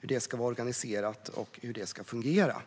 hur det ska vara organiserat och hur det ska fungera.